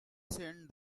send